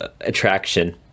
attraction